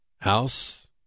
house